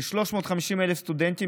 כ-350,000 סטודנטים,